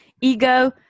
Ego